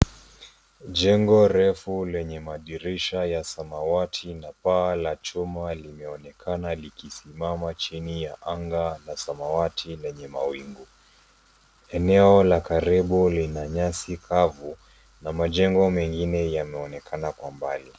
Jengo refu lenye madirisha ya samawati na paa la chuma imeonekana likisimama chini ya anga na samawati lenye mawingu eneo la karibu lina nyasi kavu na majengo mengine yameonekana kwa mbali.